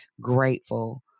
grateful